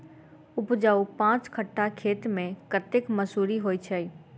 उपजाउ पांच कट्ठा खेत मे कतेक मसूरी होइ छै?